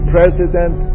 president